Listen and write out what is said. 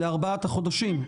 לארבעת החודשים?